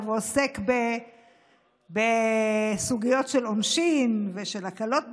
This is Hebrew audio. עוסק בסוגיות של עונשין ושל הקלות בעונש,